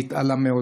והתעלה מאוד.